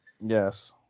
Yes